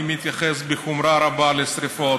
אני מתייחס בחומרה רבה לשרפות,